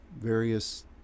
various